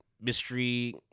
mystery